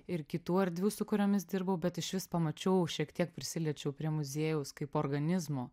ir kitų erdvių su kuriomis dirbau bet išvis pamačiau šiek tiek prisiliečiau prie muziejaus kaip organizmo